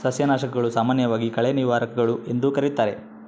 ಸಸ್ಯನಾಶಕಗಳು, ಸಾಮಾನ್ಯವಾಗಿ ಕಳೆ ನಿವಾರಕಗಳು ಎಂದೂ ಕರೆಯುತ್ತಾರೆ